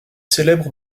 célèbre